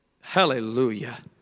Hallelujah